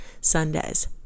Sundays